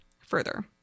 further